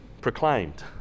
proclaimed